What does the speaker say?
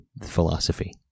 philosophy